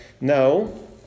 No